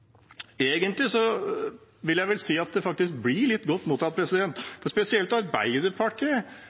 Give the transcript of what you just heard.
Egentlig vil jeg vel si at det faktisk blir litt godt mottatt. Spesielt Arbeiderpartiet